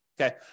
Okay